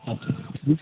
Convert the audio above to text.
हॅं जीऽ